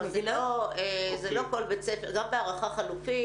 זאת הערכה חלופית,